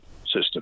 system